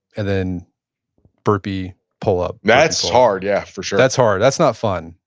and then burpee, pull-up, that's hard. yeah, for sure that's hard. that's not fun,